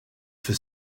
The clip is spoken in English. for